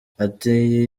ati